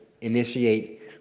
initiate